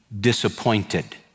disappointed